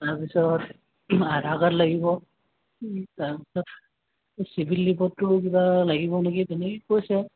তাৰপিছত আধাৰ কাৰ্ড লাগিব তাৰপিছত ছিবিল ৰিপৰ্টটো কিবা লাগিব নেকি তেনেকৈয়ে কৈছে